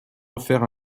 offert